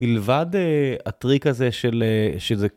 מלבד הטריק הזה של זה...